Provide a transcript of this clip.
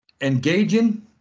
Engaging